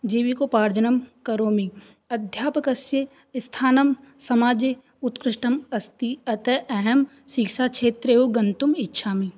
जीविकोपार्जनं करोमि अध्यापकस्य स्थानं समाजे उत्कृष्टम् अस्ति अतः अहं शिक्षाक्षेत्रे एव गन्तुमिच्छामि